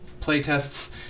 playtests